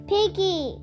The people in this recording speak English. Piggy